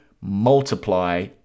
multiply